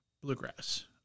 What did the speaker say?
bluegrass